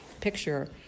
picture